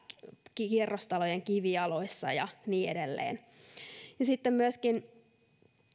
kerrostalojen kivijaloissa ja niin edelleen ja sitten myöskin